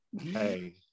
Hey